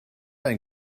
ein